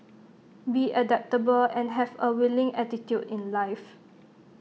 be adaptable and have A willing attitude in life